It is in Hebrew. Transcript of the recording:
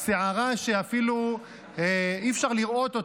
שערה שאפילו אי-אפשר לראות,